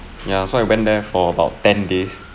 ya so I went there for about ten days